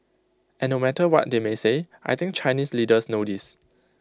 and no matter what they may say I think Chinese leaders know this